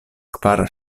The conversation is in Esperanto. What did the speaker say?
kvar